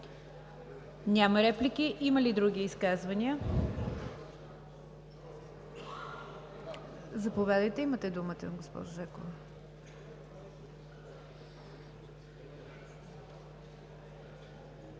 Няма. Има ли други изказвания? Заповядайте, имате думата, госпожо Жекова.